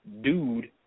dude